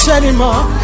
anymore